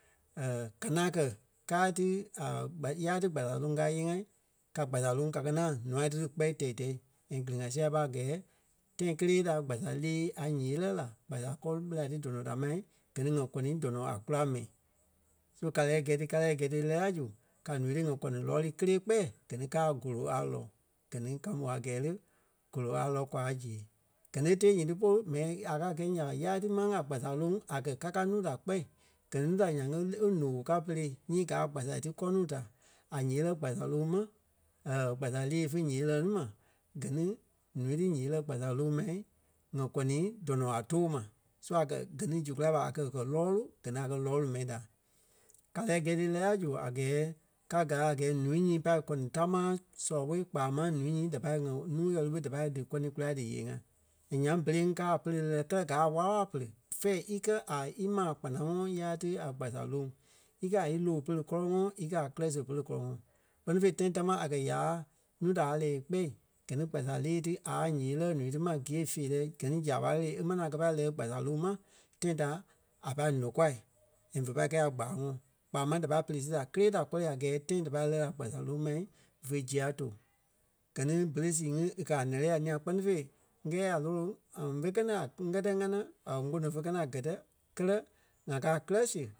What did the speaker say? ka ŋaŋ kɛ̀ kàa ti kpa- yáai ti kpasa loŋ kaa íyee-ŋa ka kpasa loŋ kakɛ ŋaŋ nûa ti lí kpɛɛ tɛi-tɛ́i. And gili-ŋa sia ɓa a gɛɛ tãi kélee da kpasa lée a yée lɛ́ la kpasa kɔri ɓela ti dɔnɔ ta ma, gɛ ni ŋa kɔni dɔnɔ a kula mɛi. So kaa lɛ́ɛ gɛi ti kàa lɛ́ɛ ti e lɛ́ɛ la zu ka ǹúu ti ŋɔ kɔni lɔɔlu kélee kpɛɛ gɛ ni kàa a golo a lɔ. Gɛ ni ka mò a gɛɛ lé, gɔlɔ a lɔ́ kwa zee. Gɛ ni e tée nyíti polu mɛni ŋai a kàa kɛi nya ɓa ǹyaa ti máŋ a kpasa loŋ a kɛ̀ kaa kàa núu da kpɛ̂i gɛ ni núu da nyaŋ e- e- ǹoo ká pere nyii gaa a kpasa ti kɔ nuu da. A yée lɛ́ kpasa loŋ ŋí ma kpasa lée fe yée lɛɣɛ ni ma gɛ ni ǹúu ti yée lɛ́ kpasa loŋ mai ŋa gɔni dɔnɔ a doo ma. So a kɛ̀ gɛ ni zu kulâi ɓa a kɛ̀ gɛ̀ lɔɔlu gɛ ni a kɛ̀ lɔɔlu mɛi da. Ka lɛ́ɛ gɛi ti e lɛ́ɛ la zu a gɛɛ ka gaa a gɛɛ ǹúu nyii pai kɔni támaa sɔlɔ ɓo kpaa máŋ ǹúu nyii da pai ŋa núu ɣɛlu ɓé da pai dí kɔni kula díyee-ŋa. And nyaŋ bɛ́lɛ ŋí káa a pɛ́lɛ lɛ́lɛ kɛlɛ gaa a wála-wala pere. Fíi ikɛ a ímaa kpanaŋɔɔi ya ti a kpasa loŋ íkɛ a í lóo pere kɔ́lɔŋɔɔ ikɛ a kirɛ siɣe pere kɔlɔŋɔɔ. Kpɛ́ni fêi tãi tamaa a kɛ̀ yaa núu da a lɛ́ɛ í kpɛ́ gɛ ni kpasa lée ti a ǹyee lɛ́ ǹúu ti ma gîe feerɛ gɛ ni zaaɓa ɣele e maŋ kɛ pai lɛɛi kpasa loŋ ma tãi ta a pâi nòkwa and ve pai kɛi a gbáaŋɔɔ. Kpaa máŋ da pai pere sii da kélee da kɔri a gɛɛ tãi da pai lɛɣɛ la kpasa loŋ ma vè zia too. Gɛ ni bɛ́lɛ sii ŋi e kɛ̀ a ǹɛ́lɛɛ a ńîa kpɛ́ni fêi ŋ́gɛɛ a lôloŋ ḿve ŋ́gɛ ni a ŋ́gɛtɛi ŋánaa kpono fe kɛ ti a gɛtɛi kɛlɛ ŋa kàa kirɛ siɣe